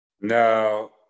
No